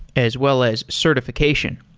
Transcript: as well as certification.